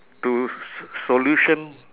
to s~ solution